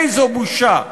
איזו בושה.